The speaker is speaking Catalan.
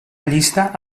llista